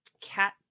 cat